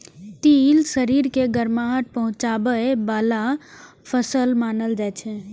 तिल शरीर के गरमाहट पहुंचाबै बला फसल मानल जाइ छै